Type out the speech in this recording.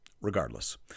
Regardless